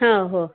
ह हो